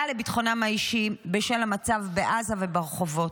לביטחונם האישי בשל המצב בעזה וברחובות.